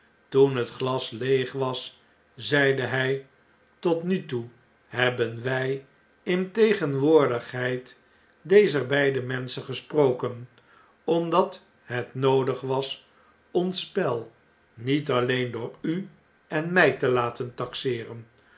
toen het glas leeg was zeide hy tot nu toe hebben wy in tegenwoordigheid dezer beide menschen gesproken omdat het noodig was ons spel niet alleen door u en my te laten taxeeren